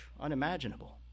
Unimaginable